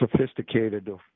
sophisticated